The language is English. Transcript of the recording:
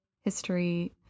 history